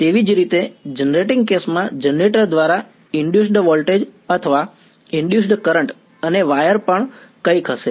તેવી જ રીતે જનરેટીંગ કેસમાં જનરેટર દ્વારા ઇનડયુસડ્ વોલ્ટેજ અથવા ઇનડયુસડ્ કરંટ અને વાયર પર કંઈક હશે